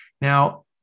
Now